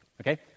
Okay